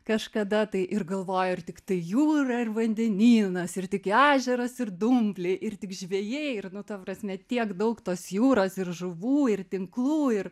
kažkada tai ir galvoju ir tiktai jūra ir vandenynas ir tik ežeras ir dumbliai ir tik žvejai ir nu ta prasme tiek daug tos jūros ir žuvų ir tinklų ir